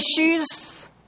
issues